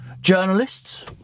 Journalists